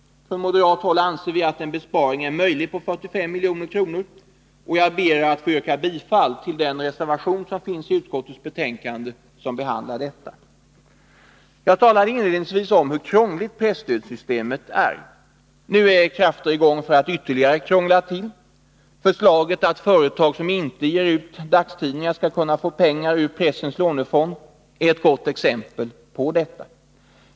Från moderat håll anser vi att en besparing på 45 milj.kr. är möjlig, och jag ber att få yrka bifall till den moderata reservation vid utskottets betänkande som behandlar denna punkt. Jag talade inledningsvis om hur krångligt presstödssystemet är. Nu är krafter i gång att ytterligare krångla till. Förslaget att företag som inte ger ut dagstidningar skall kunna få pengar ur pressens lånefond är ett gott exempel på detta.